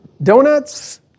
Donuts